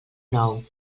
nou